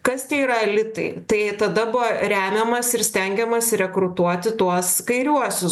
kas tie yra elitai tai tada buvo remiamas ir stengiamasi rekrūtuoti tuos kairiuosius